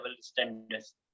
standards